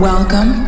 Welcome